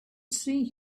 see